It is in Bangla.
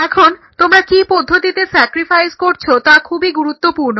এখন তোমরা কি পদ্ধতিতে স্যাক্রিফাইস করছো তা খুবই গুরুত্বপূর্ণ